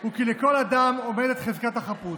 הוא כי לכל אדם עומדת חזקת החפות,